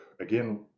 again